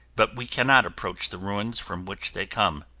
but we cannot approach the ruins from which they come.